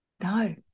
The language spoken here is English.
No